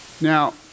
Now